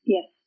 Yes